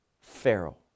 Pharaoh